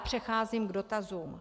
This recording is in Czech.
Přecházím k dotazům.